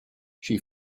she